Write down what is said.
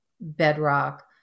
bedrock